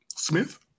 Smith